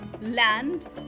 land